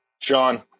John